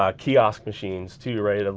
um kiosk machines too, right? and